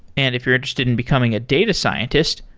and if you're interested in becoming a data scientist,